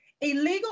Illegal